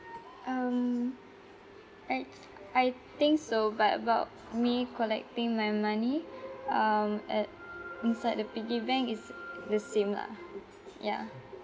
um I I think so but about me collecting my money um at inside the piggy bank is the same lah ya